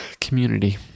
community